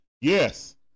Yes